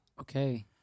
Okay